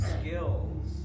skills